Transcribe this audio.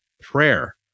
prayer